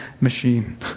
machine